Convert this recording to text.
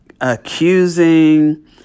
accusing